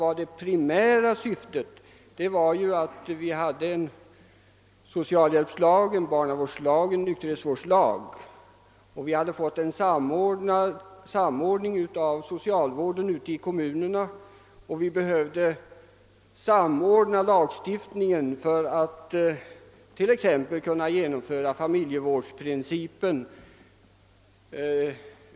Men det primära syf tet var att samordna lagstiftningen — det finns en socialhjälpslag, en barnavårdslag och en nykterhetsvårdslag, och det hade redan skett en samordning av socialvården ute i kommunerna — för att t.ex. kunna genomföra familjevårdsprincipen.